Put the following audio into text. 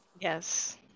yes